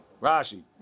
Rashi